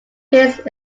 his